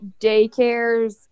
daycares